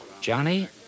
Johnny